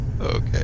Okay